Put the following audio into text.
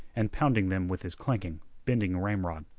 and pounding them with his clanking, bending ramrod.